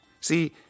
See